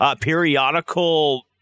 periodical